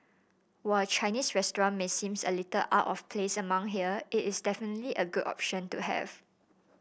while a Chinese restaurant may seem a little out of place among here it is definitely a good option to have